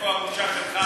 איפה הבושה שלך?